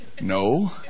No